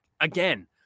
again